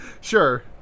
Sure